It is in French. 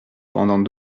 pendant